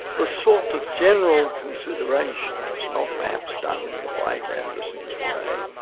the sort of general considerations, not perhaps done in quite anderson's way,